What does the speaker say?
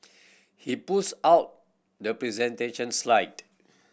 he pulls out the presentation slide